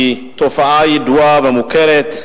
היא תופעה ידועה ומוכרת,